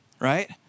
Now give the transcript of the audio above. right